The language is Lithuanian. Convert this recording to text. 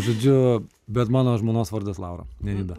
žodžiu bet mano žmonos vardas laura ne nida